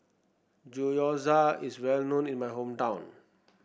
gyoza is well known in my hometown